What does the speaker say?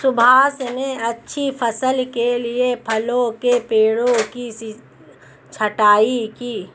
सुभाष ने अच्छी फसल के लिए फलों के पेड़ों की छंटाई की